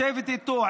לשבת איתו,